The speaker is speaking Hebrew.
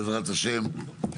בעזרת השם,